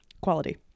Quality